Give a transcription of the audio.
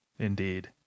Indeed